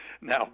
now